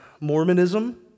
Mormonism